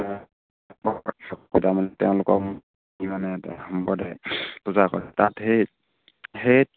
তেওঁলোকক মানে এটা সম্প্ৰদায় পূজা কৰে তাত সেই সেই